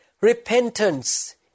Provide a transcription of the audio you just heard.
Repentance